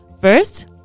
First